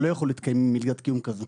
לא יכול להתקיים עם מלגת קיום כזו.